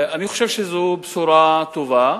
אני חושב שזו בשורה טובה,